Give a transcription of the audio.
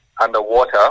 underwater